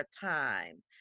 time